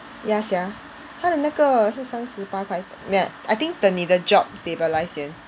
ya sia 他的那个是三十八块 I think 等你的 job stabilize 先